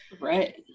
Right